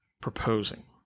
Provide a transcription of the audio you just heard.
Proposing